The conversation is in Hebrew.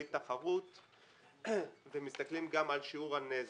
תחרות ומסתכלים גם על שיעור הנזק,